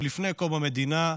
עוד לפני קום המדינה,